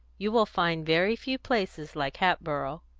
you will find very few places like hatboro'.